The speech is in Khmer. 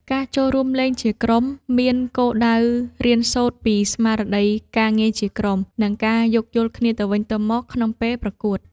ការចូលរួមលេងជាក្រុមមានគោលដៅរៀនសូត្រពីស្មារតីការងារជាក្រុម និងការយោគយល់គ្នាទៅវិញទៅមកក្នុងពេលប្រកួត។